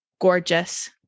Gorgeous